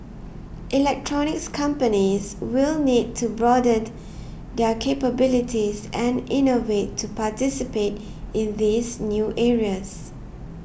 electronics companies will need to broaden their capabilities and innovate to participate in these new areas